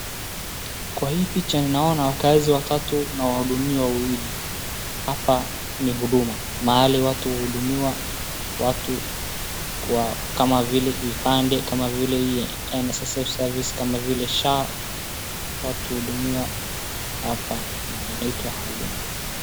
Wakaazi watatu na wahudumiwa wawili. Hapa ni Huduma, mahali watu huhudumiwa watu wao kama vile vipande, kama vile NSSF service , kama vile SHA. Watu huhudumiwa hapa na inaitwa Huduma.